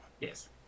Yes